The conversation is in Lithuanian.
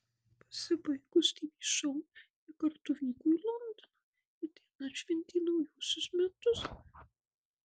pasibaigus tv šou jie kartu vyko į londoną ir ten atšventė naujuosius metus